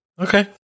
Okay